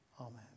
Amen